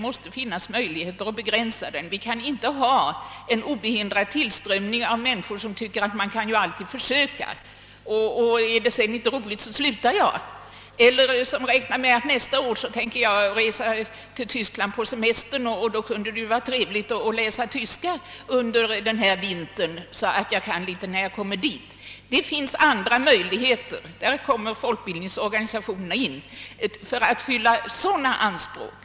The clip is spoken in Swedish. Vi kan inte ha en ohämmad tillströmning av människor som tycker: »Jag kan ju alltid försöka, och är det inte roligt slutar jag», eller: »Nästa år tänker jag resa till Tyskland på semester, och det kunde vara trevligt att läsa tyska i vinter, så att jag kan litet när jag kommer dit.» Det finns andra möjligheter — där kommer = folkbildningsorganisationerna in — att möta sådana anspråk.